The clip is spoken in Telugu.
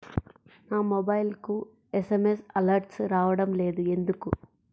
నా మొబైల్కు ఎస్.ఎం.ఎస్ అలర్ట్స్ రావడం లేదు ఎందుకు?